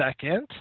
second